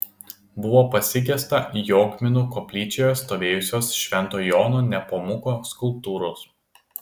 buvo pasigesta jogminų koplyčioje stovėjusios švento jono nepomuko skulptūros